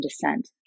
descent